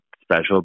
special